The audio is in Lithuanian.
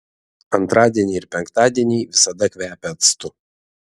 antradieniai ir penktadieniai visada kvepia actu